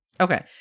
okay